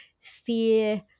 fear